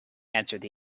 answered